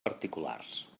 particulars